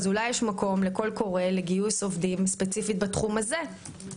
אז אולי יש מקום לקול קורא לגיוס עובדים בתחום הזה ספציפית.